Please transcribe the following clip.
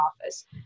office